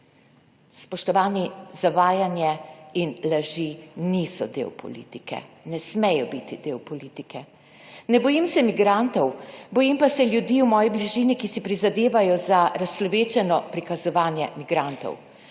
Spoštovani, zavajanje in laži niso del politike, ne smejo biti del politike. Ne bojim se migrantov, bojim pa se ljudi v moji bližini, ki si prizadevajo za razčlovečeno prikazovanje migrantov.